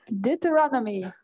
Deuteronomy